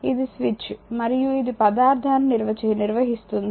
ఇది స్విచ్ మరియు ఇది పదార్థాన్ని నిర్వహిస్తుంది